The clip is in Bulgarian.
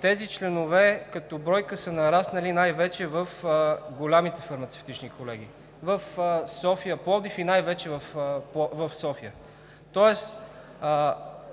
тези членове са нараснали най-вече в големите фармацевтични колегии в София, в Пловдив и най-вече в София, тоест